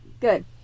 Good